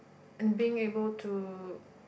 and being able to